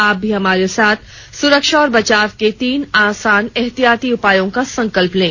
आप भी हमारे साथ सुरक्षा और बचाव के तीन आसान एहतियाती उपायों का संकल्प लें